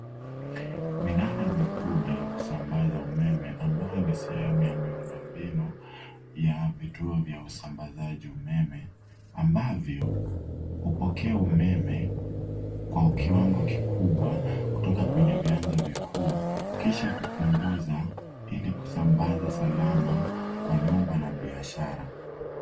Minara mikubwa ya kusambaza umeme ambao ni sehemu ya miundombinu ya vituo vya usambazaji umeme ambavyo hupokea umeme kwa kiwango kikubwa kutoka kwenye vyanzo vikuu kisha kupunguza ili kusambaza salama kwa nyumba na biashara.